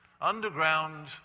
Underground